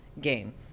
game